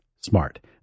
smart